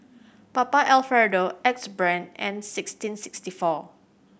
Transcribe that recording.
Papa Alfredo Axe Brand and sixteen sixty four